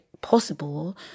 possible